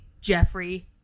Jeffrey